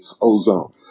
ozone